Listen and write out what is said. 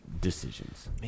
decisions